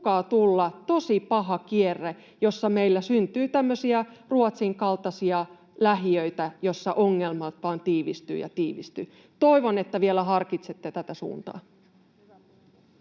uhkaa tulla tosi paha kierre, jossa meillä syntyy tämmöisiä Ruotsin kaltaisia lähiöitä, joissa ongelmat vaan tiivistyy ja tiivistyy. Toivon, että vielä harkitsette tätä suuntaa.